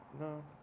no